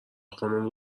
خانوم